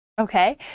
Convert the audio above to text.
Okay